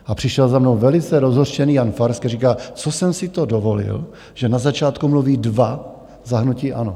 A přišel za mnou velice rozhořčený Jan Farský a říká, co jsem si to dovolil, že na začátku mluví dva za hnutí ANO.